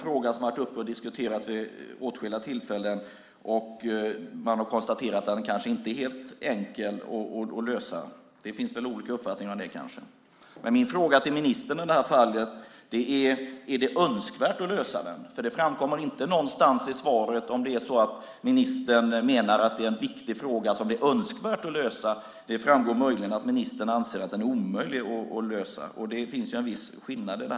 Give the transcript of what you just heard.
Frågan har diskuterats vid åtskilliga tillfällen. Man har konstaterat att den kanske inte är helt enkel att lösa. Det finns det kanske olika uppfattningar om. Min fråga till ministern är: Är det önskvärt att lösa den? Det framkommer inte någonstans i svaret om ministern menar att det är en viktig fråga som det är önskvärt att lösa. Det framgår möjligen att ministern anser att den är omöjlig att lösa. Det är en viss skillnad.